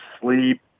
sleep